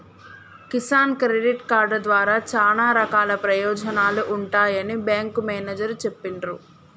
Kisan credit card ద్వారా చానా రకాల ప్రయోజనాలు ఉంటాయని బేంకు మేనేజరు చెప్పిన్రు